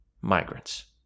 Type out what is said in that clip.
migrants